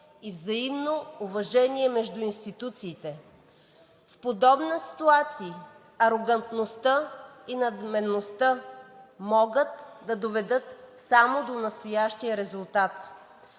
и взаимно уважение между институциите. В подобни ситуации арогантността и надменността могат да доведат само до настоящия резултат.